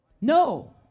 No